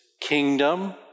kingdom